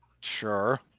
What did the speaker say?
sure